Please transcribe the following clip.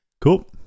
Cool